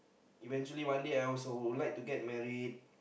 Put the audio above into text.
eventually one day also I would like to get married